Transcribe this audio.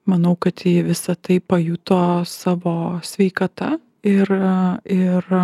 manau kad ji visa tai pajuto savo sveikata ir ir